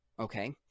Okay